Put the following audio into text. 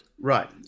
Right